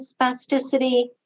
spasticity